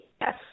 yes